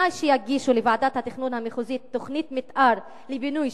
בתנאי שיגישו לוועדת התכנון המחוזית תוכנית מיתאר לבינוי